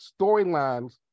storylines